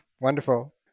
wonderful